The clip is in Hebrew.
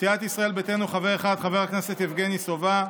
סיעת ישראל ביתנו, חבר אחד, חבר הכנסת יבגני סובה,